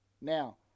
Now